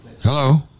Hello